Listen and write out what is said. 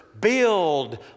Build